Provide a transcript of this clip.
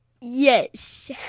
Yes